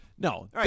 No